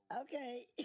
Okay